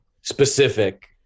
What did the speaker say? specific